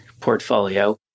portfolio